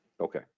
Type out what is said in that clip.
Okay